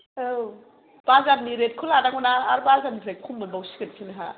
औ बाजारनि रेटखौ लानांगौना आरो बाजारनिफ्राय खम मोनबावसिगोनसो नोंहा